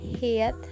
head